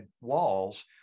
walls